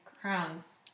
crowns